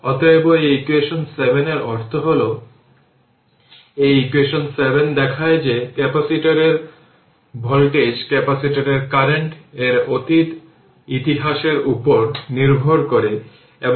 সুতরাং ইকুয়েশন নম্বরগুলি আপনার কাছে বোধগম্য দেওয়া হয়েছে তাই আপনি যদি লুপের সাথে KVL প্রয়োগ করেন তবে আমরা বলব vL vR 0 সেই সার্কিটে এখানে vL vR 0